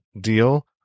deal